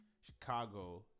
Chicago